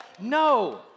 No